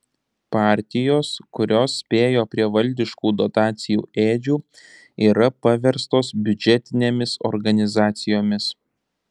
partijos kurios spėjo prie valdiškų dotacijų ėdžių yra paverstos biudžetinėmis organizacijomis